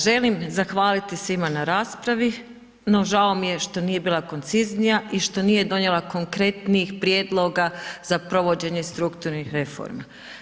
Želim zahvaliti svim na raspravi, no žao mi je što nije bila konciznija i što nije donijela konkretnih prijedloga za provođenje strukturnih reformi.